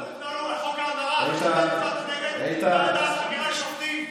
ואנחנו הצבענו על חוק ההמרה אחרי שאתם הצבעתם נגד ועדת חקירה לשופטים.